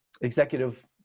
executive